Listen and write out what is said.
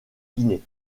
guinée